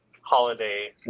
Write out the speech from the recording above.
holiday